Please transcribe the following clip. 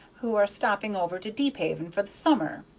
who are stopping over to deephaven for the summer.